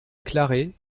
clarée